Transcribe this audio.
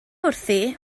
wrthi